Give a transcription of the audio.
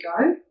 go